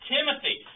Timothy